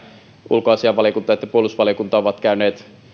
ulkoasiainvaliokunta että puolustusvaliokunta ovat käyneet